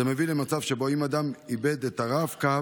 זה מביא למצב שבו אם אדם איבד את הרב-קו,